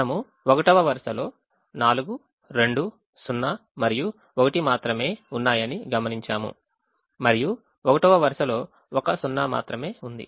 మనము 1వ వరుసలో 4 2 0 మరియు 1 మాత్రమే ఉన్నాయని గమనించాము మరియు 1వ వరుసలో ఒక సున్నా మాత్రమే ఉంది